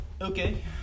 Okay